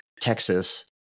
texas